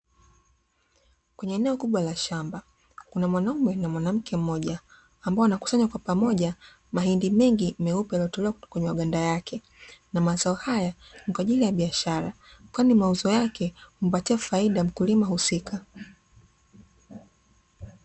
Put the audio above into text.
Kwenye eneo kubwa la shamba, kuna mwaume na mwanamke mmoja ambao wanakusanya kwa pamoja mahindi mengi meupe yaliyotolewa kwenye maganda yake. Na mazao haya ni kwa ajili ya biashara, kwani mauzo yake, humpatia faida mkulima husika.